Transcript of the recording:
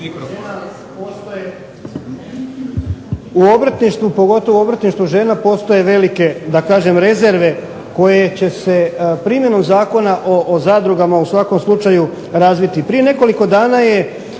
u obrtništvu pogotovo obrtništvu žena postoje velike, da kažem rezerve koje će se primjenom Zakonom o zadrugama u svakom slučaju razviti. Prije nekoliko dana je,